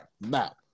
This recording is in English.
Now